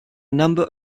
number